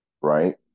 right